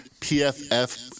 PFF